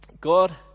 God